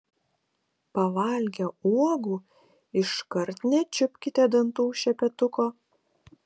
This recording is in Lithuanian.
pavalgę uogų iškart nečiupkite dantų šepetuko